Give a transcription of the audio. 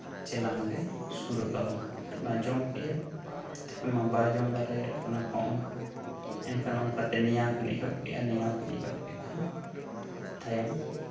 ᱪᱮᱞᱟᱝ ᱨᱮᱭ ᱥᱳᱨ ᱠᱟᱣᱱᱟ ᱟᱡ ᱢᱟᱭ ᱡᱚᱢ ᱠᱮᱜᱼᱟ ᱵᱟᱭ ᱡᱚᱢ ᱫᱟᱲᱮᱭᱟᱜ ᱠᱟᱱᱟ ᱠᱚᱜ ᱢᱟ ᱮᱱᱠᱷᱟᱱ ᱚᱱᱠᱟᱛᱮ ᱱᱮᱭᱟᱹᱣ ᱠᱤᱱ ᱮᱦᱚᱵ ᱠᱮᱫᱟ ᱱᱮᱭᱟᱣ ᱠᱤᱱ ᱮᱦᱚᱵ ᱠᱮᱫ ᱠᱷᱟᱱ ᱛᱟᱭᱚᱢ